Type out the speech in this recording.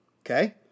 Okay